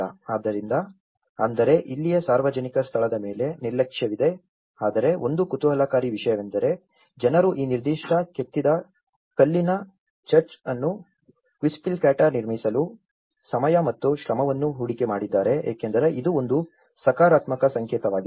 ಆದ್ದರಿಂದ ಅಂದರೆ ಇಲ್ಲಿಯೇ ಸಾರ್ವಜನಿಕ ಸ್ಥಳದ ಮೇಲೆ ನಿರ್ಲಕ್ಷ್ಯವಿದೆ ಆದರೆ ಒಂದು ಕುತೂಹಲಕಾರಿ ವಿಷಯವೆಂದರೆ ಜನರು ಈ ನಿರ್ದಿಷ್ಟ ಕೆತ್ತಿದ ಕಲ್ಲಿನ ಚರ್ಚ್ ಅನ್ನು ಕ್ವಿಸ್ಪಿಲಾಕ್ಟಾದಲ್ಲಿ ನಿರ್ಮಿಸಲು ಸಮಯ ಮತ್ತು ಶ್ರಮವನ್ನು ಹೂಡಿಕೆ ಮಾಡಿದ್ದಾರೆ ಏಕೆಂದರೆ ಇದು ಒಂದು ಸಕಾರಾತ್ಮಕ ಸಂಕೇತವಾಗಿದೆ